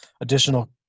additional